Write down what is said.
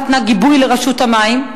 נתנה גיבוי לרשות המים,